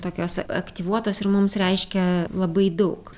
tokios aktyvuotos ir mums reiškia labai daug